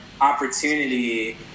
opportunity